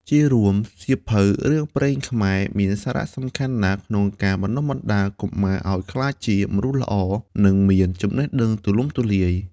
ជារួមសៀវភៅរឿងព្រេងខ្មែរមានសារៈសំខាន់ណាស់ក្នុងការបណ្ដុះបណ្ដាលកុមារឲ្យក្លាយជាមនុស្សល្អ និងមានចំណេះដឹងទូលំទូលាយ។